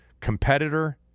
competitor